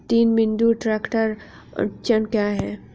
तीन बिंदु ट्रैक्टर अड़चन क्या है?